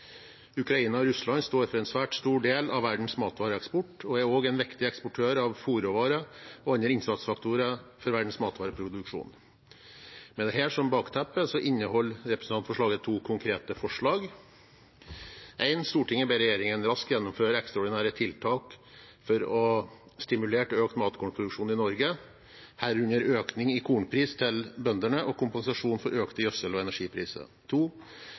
Ukraina og Russland står for en svært stor del av verdens matvareeksport og er også en viktig eksportør av fôrråvarer og andre innsatsfaktorer for verdens matvareproduksjon. Med dette som bakteppe inneholder representantforslaget to konkrete forslag. Stortinget ber regjeringen raskt gjennomføre ekstraordinære tiltak for å stimulere til økt matkornproduksjon i Norge, herunder økning i kornpris til bøndene og kompensasjon for økte gjødsel- og energipriser.